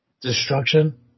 Destruction